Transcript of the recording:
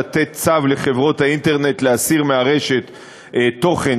לתת צו לחברות האינטרנט להסיר מהרשת תוכן